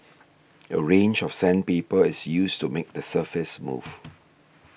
a range of sandpaper is used to make the surface smooth